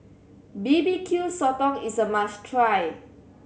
B B Q Sotong is a must try